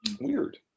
Weird